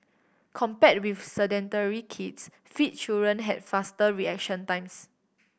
compare with sedentary kids fit children have faster reaction times